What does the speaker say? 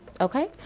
okay